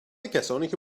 کسانیکه